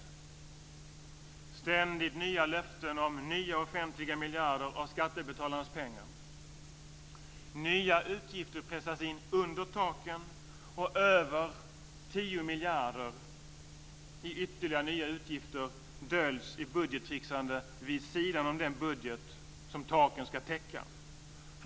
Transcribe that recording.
Det är ständigt nya löften om nya offentliga miljarder av skattebetalarnas pengar. Nya utgifter pressas in under taken, och över 10 miljarder i ytterligare nya utgifter döljs i budgettricksande vid sidan om den budget som taken ska täcka.